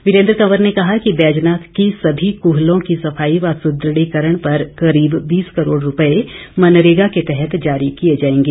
वीरेंद्र कंवर ने कहा कि बैजनाथ की सभी कूहलों की सफाई व सुदृढ़ीकरण पर करीब बीस करोड़ रुपए मनरेगा के तहत जारी किए जाएंगे